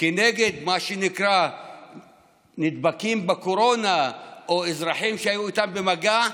היום נגד נדבקים בקורונה או אזרחים שהיו איתם במגע,